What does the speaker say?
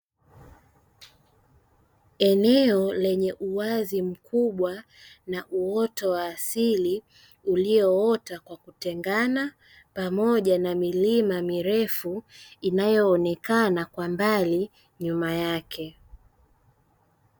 Eneo lenye uwazi mkubwa na uoto wa asili ulioota kwa kutengana pamoja na milima mirefu inayoonekana kwa mbali nyuma yake.